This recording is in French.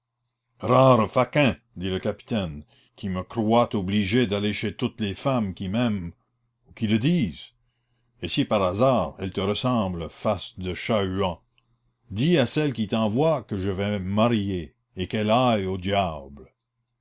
dit le capitaine qui me croit obligé d'aller chez toutes les femmes qui m'aiment ou qui le disent et si par hasard elle te ressemble face de chat-huant dis à celle qui t'envoie que je vais me marier et qu'elle aille au diable